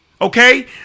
Okay